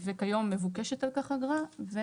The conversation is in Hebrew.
וכיום מבוקשת על כך אגרה.